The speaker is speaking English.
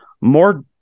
more